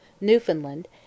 Newfoundland